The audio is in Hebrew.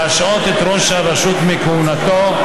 להשעות את ראש הרשות מכהונתו,